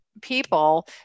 people